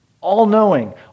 All-knowing